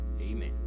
Amen